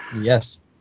Yes